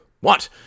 What